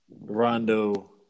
Rondo